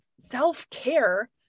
self-care